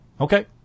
Okay